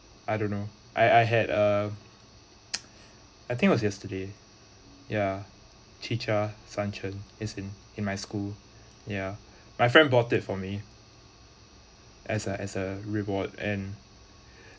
I don't know I I had a I think was yesterday ya chi-cha-san-chen is in in my school ya my friend bought it for me as a as a reward and